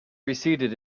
receded